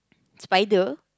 spider